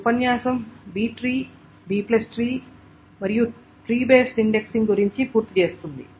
ఈ ఉపన్యాసం B tree Bట్రీ మరియు ట్రీ బేస్డ్ ఇండెక్సింగ్ గురించి పూర్తి చేస్తుంది